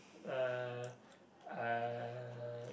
uh uh